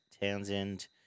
Townsend